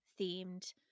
themed